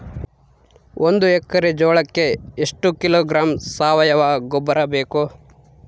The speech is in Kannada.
ಒಂದು ಎಕ್ಕರೆ ಜೋಳಕ್ಕೆ ಎಷ್ಟು ಕಿಲೋಗ್ರಾಂ ಸಾವಯುವ ಗೊಬ್ಬರ ಬೇಕು?